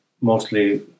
mostly